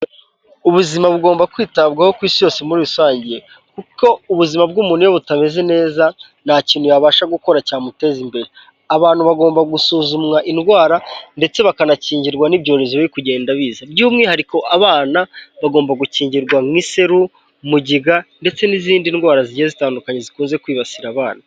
Ubuzima bugomba kwitabwaho ku isi yose muri rusange kuko ubuzima bw'umuntu butameze neza, nta kintu yabasha gukora cyamuteza imbere. Abantu bagomba gusuzumwa indwara ndetse bakanakingirwa n'ibyorezo biri kugenda biza. By'umwihariko abana bagomba gukingirwa nk'iseru, mugiga ndetse n'izindi ndwara zigiye zitandukanye zikunze kwibasira abana.